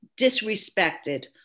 disrespected